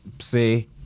say